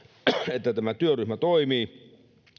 että tämä työryhmä toimii